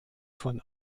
von